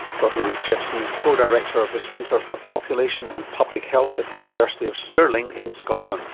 dr ruth jepson is co-director of the centre for population and public health at the university of stirling in scotland.